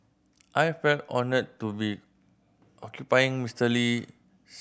I feel honoured to be occupying Mister Lee